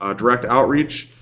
ah direct outreach.